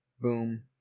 boom